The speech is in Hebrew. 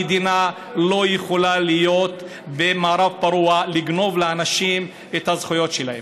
המדינה לא יכולה להיות במערב פרוע ולגנוב לאנשים את הזכויות שלהם.